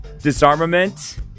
disarmament